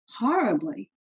horribly